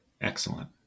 Excellent